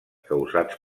causats